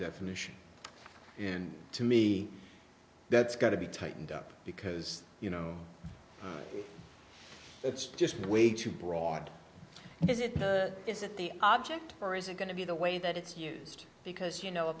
definition and to me that's got to be tightened up because you know it's just way too broad and as it isn't the object or is it going to be the way that it's used because you know a